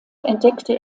entdeckte